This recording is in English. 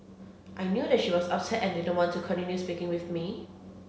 I knew that she was upset and didn't want to continue speaking with me